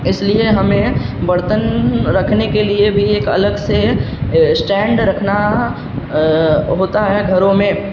اس لیے ہمیں برتن رکھنے کے لیے بھی ایک الگ سے اسٹینڈ رکھنا ہوتا ہے گھروں میں